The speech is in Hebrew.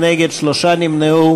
30 בעד, 40 נגד, שלושה נמנעו.